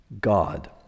God